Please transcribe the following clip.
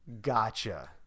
Gotcha